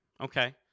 Okay